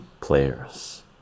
players